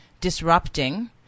disrupting